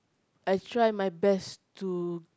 I try my best to